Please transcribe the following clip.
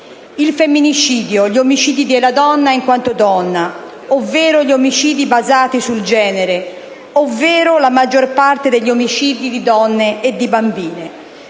Il femminicidio, gli omicidi della donna in quanto donna, ovvero gli omicidi basati sul genere, ovvero la maggior parte degli omicidi di donne e bambine